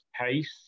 pace